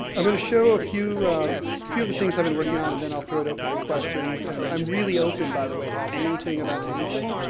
i'm going to show a few, a few of the things i've been working on, and then i'll throw it open to questions. and i'm really open, by the way, to anything about anything.